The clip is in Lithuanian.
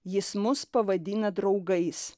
jis mus pavadina draugais